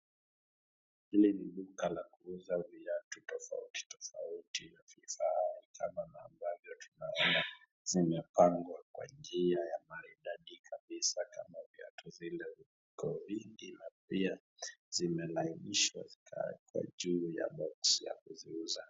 Hili ni duka la kuuza viatu tofauti, haswa tena ambavyo tunaona zimepangwa kwa njia maridadi kabisa kama viatu zile ziko vingi na pia zimelainishwa zikawekwa juu ya box ya kuziuza.